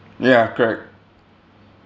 ya correct